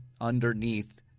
underneath